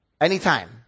Anytime